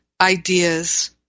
ideas